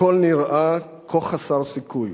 הכול נראה כה חסר סיכוי.